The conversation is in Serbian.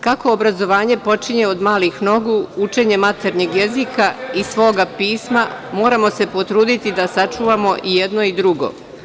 Kako obrazovanje počinje od malih nogu, učenjem maternjeg jezika i svog pisma, moramo se potruditi sa sačuvamo i jedno i drugo.